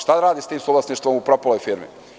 Šta da radi sa tim suvlasništvom u propaloj firmi?